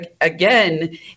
again